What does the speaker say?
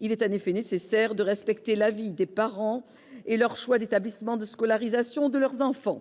Il est en effet nécessaire de respecter l'avis des parents et leur choix d'établissement pour la scolarisation de leurs enfants.